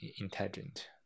intelligent